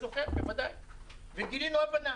וגילינו הבנה.